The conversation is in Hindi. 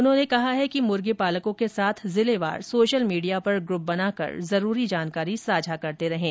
उन्होंने कहा है कि मुर्गीपालकों के साथ जिलेवार सोशल मीडिया पर ग्रप बनाकर जरूरी जानकारी साझा करते रहें